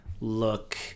look